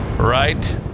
Right